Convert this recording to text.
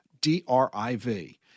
D-R-I-V